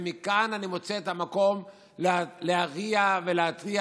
ומכאן אני מוצא את המקום להריע ולהתריע